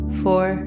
four